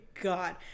god